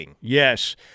Yes